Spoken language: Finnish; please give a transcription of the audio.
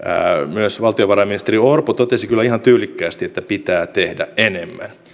myös valtiovarainministeri orpo totesi kyllä ihan tyylikkäästi että pitää tehdä enemmän